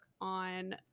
on